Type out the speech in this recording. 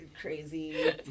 crazy